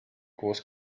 koos